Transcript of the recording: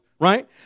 right